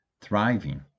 thriving